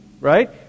right